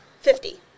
fifty